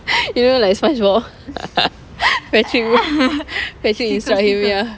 you know like spongebob patrick patrick insult him ya